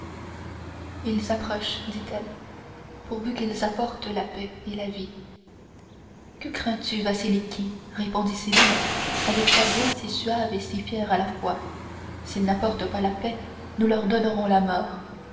ils approchent dit-elle pourvu qu'ils apportent la paix et la vie que crains-tu vasiliki répondit sélim avec sa voix si suave et si fière à la fois s'ils n'apportent pas la paix nous leur donnerons la mort